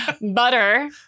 butter